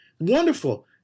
Wonderful